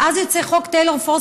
ואז יוצא "חוק טיילור פורס",